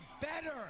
better